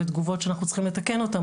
ותגובות שאנחנו צריכים לתקן אותן.